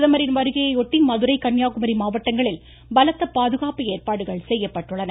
பிரதமரின் வருகையையொட்டி மதுரை கன்னியாகுமரி மாவட்டங்களில் பலத்த பாதுகாப்பு ஏற்பாடுகள் செய்யப்பட்டுள்ளன